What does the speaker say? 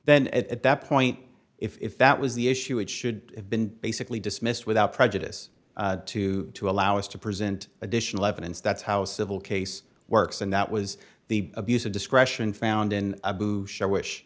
then at that point if that was the issue it should have been basically dismissed without prejudice to to allow us to present additional evidence that's how civil case works and that was the abuse of discretion found in a sure wish